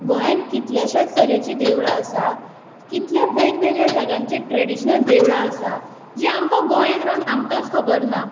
गोंयान कितलेंशेच तरेची देवळां आसा कितलें वेग वेगळ्या जाग्यांचे ट्रेडिशनल देवळां आसा जे आमकां गोंयान रावन आमकांच खबर ना